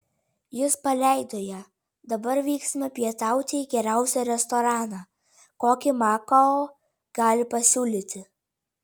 jis paleido ją dabar vyksime pietauti į geriausią restoraną kokį makao gali pasiūlyti